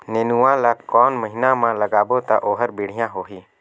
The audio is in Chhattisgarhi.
नेनुआ ला कोन महीना मा लगाबो ता ओहार बेडिया होही?